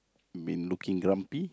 been looking grumpy